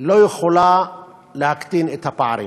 לא יכולה להקטין את הפערים.